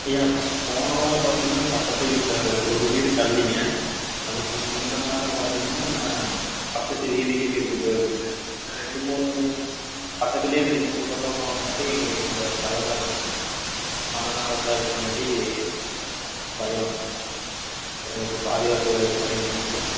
ஐயா போன வாரம் பார்த்தீங்கன்னா பக்கத்து வீட்டில் ஒரு வீடு தள்ளிங்க அதுக்கு முந்தின வாரம் பார்த்தீங்கன்னா பக்கத்து வீதியிலேயே திருட்டுப் போய்ருக்குங்க இதுமாதிரி ரெண்டு மூணு பக்கத்திலேயே ரெண்டு மூணு பக்கம் போனங்காட்டியும் எங்களுக்கு கொஞ்சம் பயமாக இருக்குதுங்க ஐயா பணம் அதெல்லாம் இருக்கங்காட்டி பயம் எங்களுக்கு பாதுகாப்பு கிடைக்குமா ஐயா